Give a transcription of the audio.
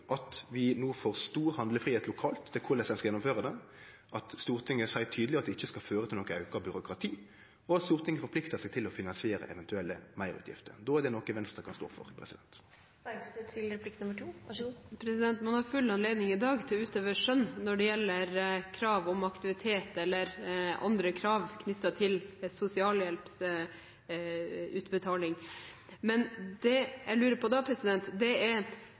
at vi no får stor handlefridom lokalt med omsyn til korleis ein skal gjennomføre det, at Stortinget seier tydeleg at det ikkje skal føre til auka byråkrati, og at Stortinget forpliktar seg til å finansiere eventuelle meirutgifter. Då er det noko Venstre kan stå for. Man har full anledning i dag til å utøve skjønn når det gjelder krav om aktivitet eller andre krav knyttet til sosialhjelpsutbetaling. Det jeg da lurer på, er: